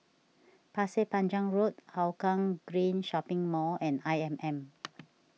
Pasir Panjang Road Hougang Green Shopping Mall and I M M